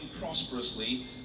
prosperously